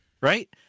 right